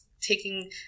taking